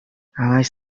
همش